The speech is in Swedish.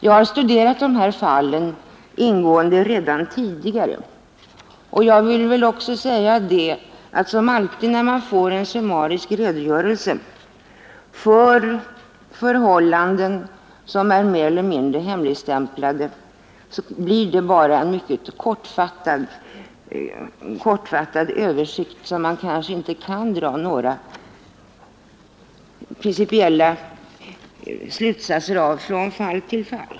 Jag har studerat de här fallen ingående redan tidigare, och som alltid när man får en summarisk redogörelse av förhållanden som är mer eller mindre hemligstämplade blir det bara en mycket kortfattad översikt, som man kanske inte kan dra några mer principiella slutsatser av.